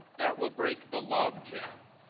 that will break the log jam.